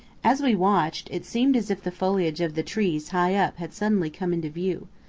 as we watched, it seemed as if the foliage of the trees high up had suddenly come into view.